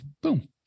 boom